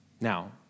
Now